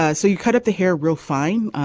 ah so you cut up the hair real fine.